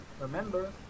Remember